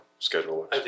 schedule